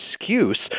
excuse